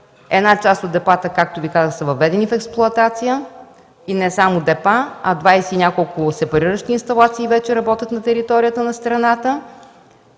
част от депата, както казах, са въведени в експлоатация. И не само депа, а 20 и няколко сепариращи инсталации вече работят на територията на страната.